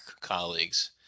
colleagues